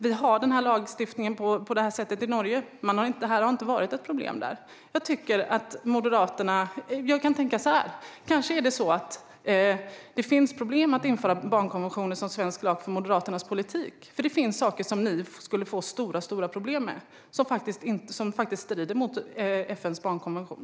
Man har den här lagstiftningen på det här sättet i Norge. Det har inte varit ett problem där. Kanske är det så att det finns problem för Moderaternas politik med att införa barnkonventionen som svensk lag, för det finns saker som ni skulle få stora problem med - saker som faktiskt strider mot FN:s barnkonvention.